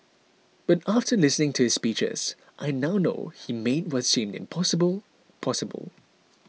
but after listening to his speeches I now know he made what seemed impossible possible